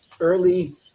early